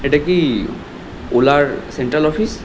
এটা কি ওলার সেন্ট্রাল অফিস